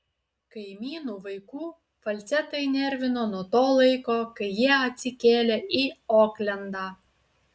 kaimynų vaikų falcetai nervino nuo to laiko kai jie atsikėlė į oklendą